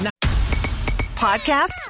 podcasts